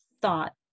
thought